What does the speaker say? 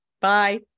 Bye